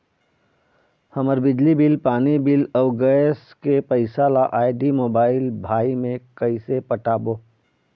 हमर बिजली बिल, पानी बिल, अऊ गैस के पैसा ला आईडी, मोबाइल, भाई मे कइसे पटाबो?